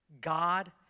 God